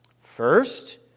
First